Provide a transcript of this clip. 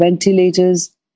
ventilators